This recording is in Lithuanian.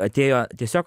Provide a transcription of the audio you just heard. atėjo tiesiog